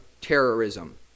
terrorism